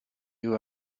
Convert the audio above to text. you